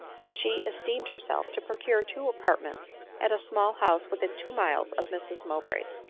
as she esteemed herself, to procure two apartments at a small house within two miles of mrs mowbray's.